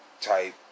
type